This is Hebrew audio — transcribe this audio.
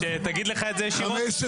הצבעה בעד 4 נגד 5 נמנעים 1 לא אושר.